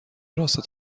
راست